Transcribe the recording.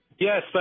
Yes